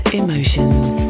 emotions